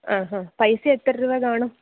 ആ ഹ പൈസ എത്ര രൂപ കാണും